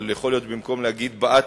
אבל במקום להגיד "בעט,